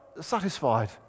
satisfied